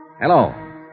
Hello